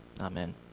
Amen